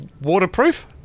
waterproof